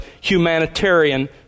humanitarian